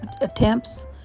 attempts